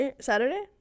saturday